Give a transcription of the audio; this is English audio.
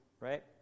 right